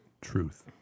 Truth